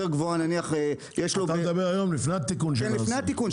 גבוהה --- מה שאתה אומר זה לפני התיקון שנעשה.